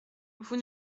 vous